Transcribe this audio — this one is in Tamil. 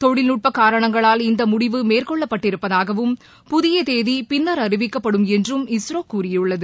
தொழில்நுட்ப காரணங்களால் இந்த முடிவு மேற்கொள்ளப் பட்டிருப்பதாகவும் புதிய தேதி பின்னா் அறிவிக்கப்படும் என்றும் இஸ்ரோ கூறியுள்ளது